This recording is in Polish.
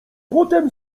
potem